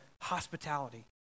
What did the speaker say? hospitality